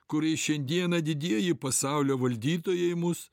kuriais šiandieną didieji pasaulio valdytojai mus